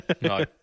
No